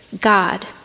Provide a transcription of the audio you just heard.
God